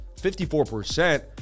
54%